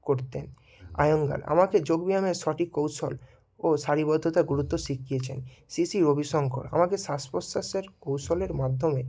করতে আয়েঙ্গার আমাকে যোগব্যায়ামের সঠিক কৌশল ও শারীর গুরুত্ব শিখিয়েছেন শ্রী শ্রী রবিশঙ্কর আমাকে শ্বাস প্রশ্বাসের কৌশলের মাধ্যমে